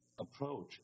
approach